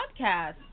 podcast